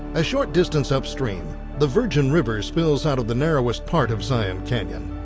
a short distance upstream the virgin river spills out of the narrowest part of zion canyon.